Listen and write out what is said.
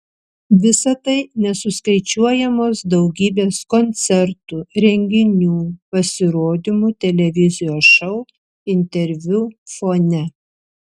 visa tai nesuskaičiuojamos daugybės koncertų renginių pasirodymų televizijų šou interviu fone